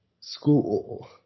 school